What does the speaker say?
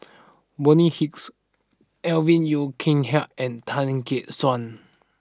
Bonny Hicks Alvin Yeo Khirn Hai and Tan Gek Suan